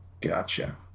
gotcha